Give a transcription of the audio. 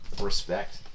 respect